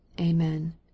amen